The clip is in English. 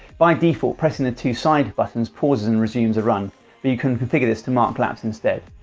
by default pressing the two side buttons pauses and resume a run, but you can configure this to mark laps instead.